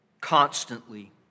constantly